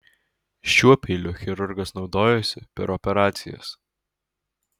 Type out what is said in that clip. šiuo peiliu chirurgas naudojosi per operacijas